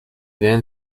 then